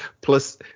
plus